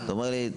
אתה אומר לי,